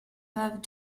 wife